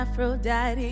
Aphrodite